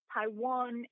Taiwan